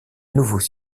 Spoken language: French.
nouveaux